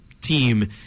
team